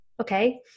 okay